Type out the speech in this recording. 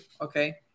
okay